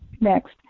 Next